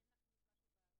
נכון.